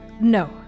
No